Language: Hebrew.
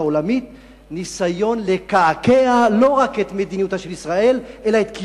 העולמית ניסיון לקעקע לא רק את מדיניותה של ישראל אלא את קיומה.